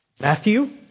Matthew